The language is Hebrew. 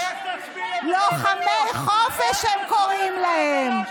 איך תצביעי, "לוחמי חופש", הם קוראים להם.